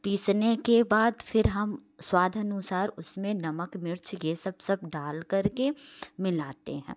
पीसने के बाद फिर हम स्वाद अनुसार उसमें नमक मिर्च ये सब सब डालकर के मिलाते हैं